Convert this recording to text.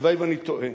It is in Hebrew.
הלוואי שאני טועה,